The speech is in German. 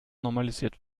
normalisiert